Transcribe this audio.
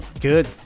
Good